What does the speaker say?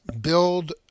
build